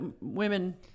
women